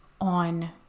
on